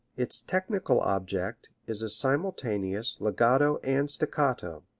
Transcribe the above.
its technical object is a simultaneous legato and staccato.